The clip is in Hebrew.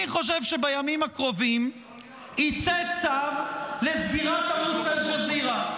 אני חושב שבימים הקרובים יצא צו לסגירת ערוץ אל-ג'זירה,